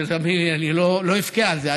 תאמין לי, אני לא אבכה על זה.